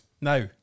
Now